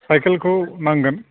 साइखेलखौ नांगोन